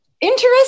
interesting